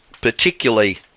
particularly